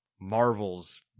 Marvel's